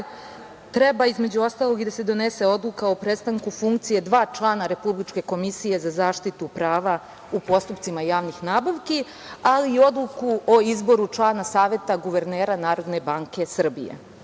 Kralj, treba da donese Odluku o prestanku funkcije dva člana Republičke komisije za zaštitu prava u postupcima javnih nabavki, ali i Odluku o izboru člana Saveta guvernera Narodne banke Srbije. Kada